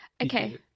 Okay